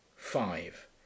Five